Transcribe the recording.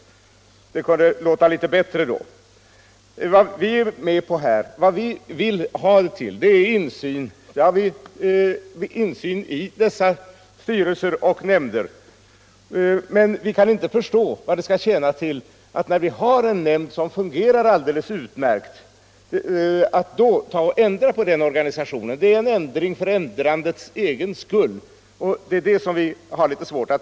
Det kunde låta litet bättre då. Vad vi vill ha är insyn i dessa styrelser och nämnder. Men vi kan inte förstå vad det skall tjäna till att ändra organisationen när vi har en nämnd som fungerar alldeles utmärkt. Det är en ändring för ändrandets egen skull.